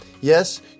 Yes